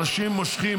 אנשים מושכים,